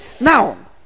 Now